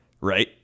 right